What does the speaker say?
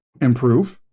improve